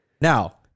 Now